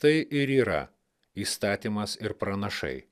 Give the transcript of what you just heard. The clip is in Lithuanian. tai ir yra įstatymas ir pranašai